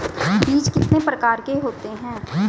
बीज कितने प्रकार के होते हैं?